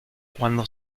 cuando